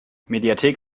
mediathek